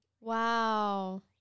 Wow